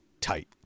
tight